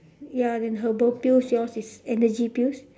ya then herbal pills yours is energy pills